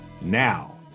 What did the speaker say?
Now